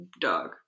dog